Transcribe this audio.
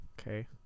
okay